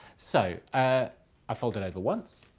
so ah i fold it over once,